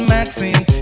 Maxine